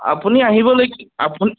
আপুনি আহিব নেকি আপুনি